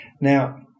Now